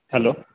hello